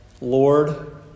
Lord